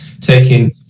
taking